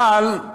אבל,